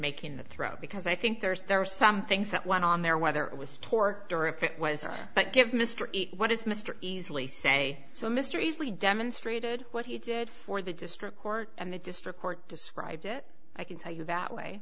making the throw because i think there's there are some things that went on there whether it was torque door if it was but give mr what does mr easily say so mr easily demonstrated what he did for the district court and the district court described it i can tell you that way